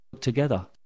together